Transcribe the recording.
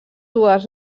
dues